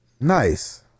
nice